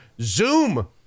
Zoom